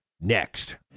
next